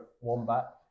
wombat